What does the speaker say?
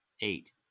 eight